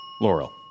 Laurel